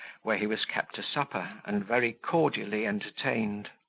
where he was kept to supper, and very cordially entertained.